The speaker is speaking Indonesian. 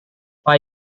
pak